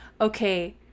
okay